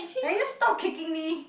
can you stop kicking me